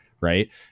right